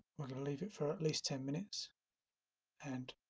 we're going to leave it for at least ten minutes and